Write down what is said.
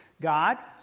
God